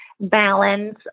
balance